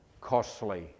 costly